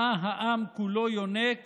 מה העם כולו יונק